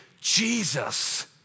Jesus